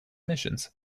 missions